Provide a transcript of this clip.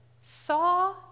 saw